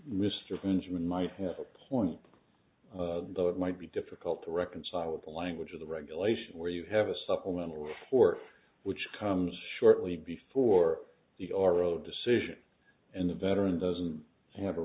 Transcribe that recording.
german might have a point though it might be difficult to reconcile with the language of the regulation where you have a supplemental report which comes shortly before the oro decision and the veteran doesn't have a